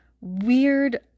weird